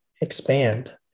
expand